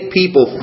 people